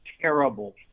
terrible